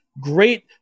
Great